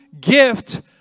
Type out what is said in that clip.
gift